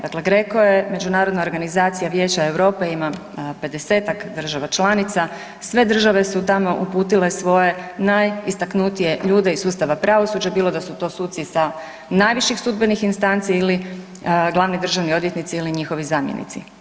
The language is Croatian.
Dakle GRECO je međunarodna organizacija Vijeća Europe, ima 50-tak država članica, sve države su tamo uputile svoje najistaknutije ljude iz sustava pravosuđa, bilo da su to suci sa najviših sudbenih instanci ili glavni državni odvjetnici ili njihovi zamjenici.